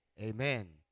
amen